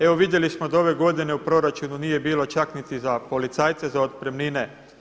Evo vidjeli smo da ove godine u proračunu nije bilo čak niti za policajce za otpremnine.